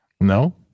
No